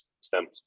stems